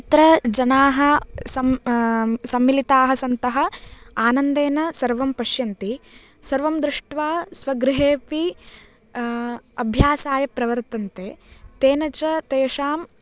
तत्र जनाः सम्मिलिताः सन्तः आनन्देन सर्वं पश्यन्ति सर्वं दृष्ट्वा स्वगृहेऽपि अभ्यासाय प्रवर्तन्ते तेन च तेषां